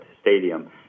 stadium